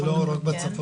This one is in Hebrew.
זה לא רק בצפון.